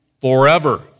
forever